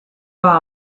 war